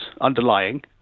underlying